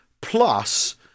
Plus